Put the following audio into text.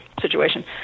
situation